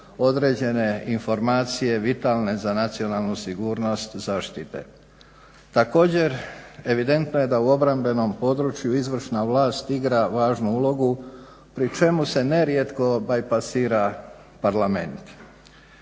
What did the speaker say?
određene informacije vitalne za nacionalnu sigurnost zaštite. Također, evidentno je da u obrambenom području izvršna vlast igra važnu ulogu pri čemu se nerijetko bajpasira parlament.